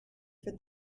for